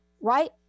Right